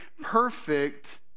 perfect